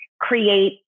create